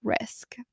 risk